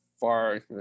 far